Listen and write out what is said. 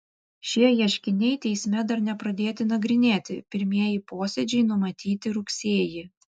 šie ieškiniai teisme dar nepradėti nagrinėti pirmieji posėdžiai numatyti rugsėjį